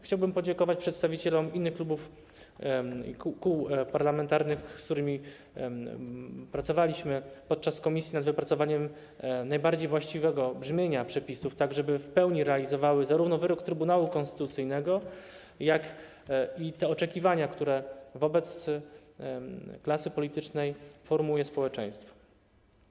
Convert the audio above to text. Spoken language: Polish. Chciałbym podziękować przedstawicielom innym klubów i kół parlamentarnych, z którymi pracowaliśmy w komisji nad wypracowaniem najbardziej właściwego brzmienia przepisów, żeby w pełni realizowały zarówno wyrok Trybunału Konstytucyjnego, jak i te oczekiwania, które wobec klasy politycznej formułuje społeczeństwo.